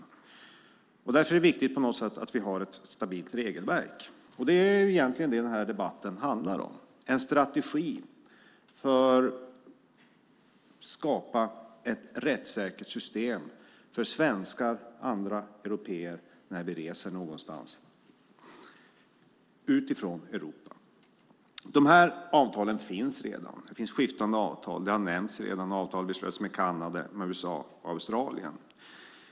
Det är därför viktigt att vi har ett stabilt regelverk, och det är egentligen det denna debatt handlar om: en strategi för skapandet av ett rättssäkert system för svenskar och andra européer när vi reser någonstans utanför Europa. Dessa avtal finns redan. Det finns skiftande avtal - det har redan nämnts - med Kanada, USA och Australien.